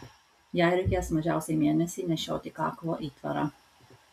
jai reikės mažiausiai mėnesį nešioti kaklo įtvarą